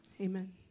Amen